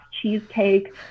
Cheesecake